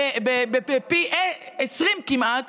פי 20 כמעט.